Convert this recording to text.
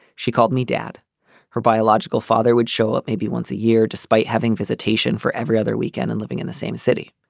she called me dad her biological father would show up maybe once a year despite having visitation for every other weekend and living in the same city.